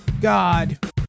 God